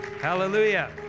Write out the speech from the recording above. Hallelujah